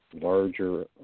larger